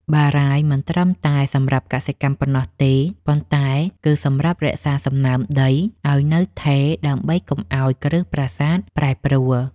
បារាយណ៍មិនត្រឹមតែសម្រាប់កសិកម្មប៉ុណ្ណោះទេ ប៉ុន្តែគឺសម្រាប់រក្សាសំណើមដីឱ្យនៅថេរដើម្បីកុំឱ្យគ្រឹះប្រាសាទប្រែប្រួល។